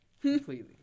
Completely